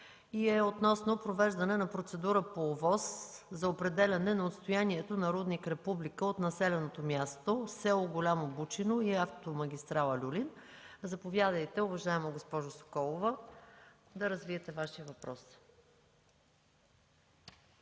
относно провеждане процедура по ОВОС за определяне на отстоянието на рудник „Република” от населеното място – с. Голямо Бучино и автомагистрала „Люлин”. Заповядайте, уважаема госпожо Соколова, да развиете Вашия въпрос.